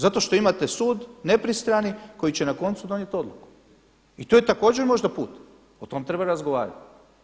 Zato što imate sud nepristrani koji će na koncu donijeti odluku i to je također možda put, o tom treba razgovarati.